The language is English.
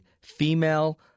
female